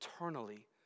eternally